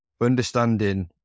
understanding